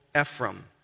Ephraim